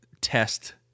test